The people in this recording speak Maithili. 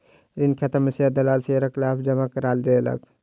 ऋण खाता में शेयर दलाल शेयरक लाभ जमा करा देलक